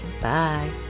Bye